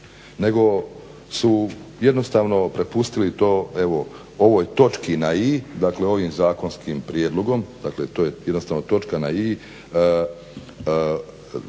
Nego su jednostavno prepustili to evo ovoj točki na "i", dakle ovim zakonskim prijedlogom. Dakle, to je jednostavno točka na "i"